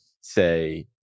say